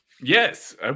Yes